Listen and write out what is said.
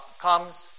comes